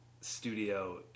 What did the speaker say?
studio